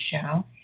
show